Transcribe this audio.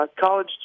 college